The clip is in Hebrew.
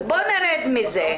בוא נרד מזה.